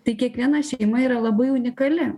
tai kiekviena šeima yra labai unikali